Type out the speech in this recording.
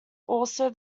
also